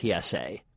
PSA